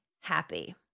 happy